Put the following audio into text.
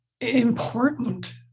important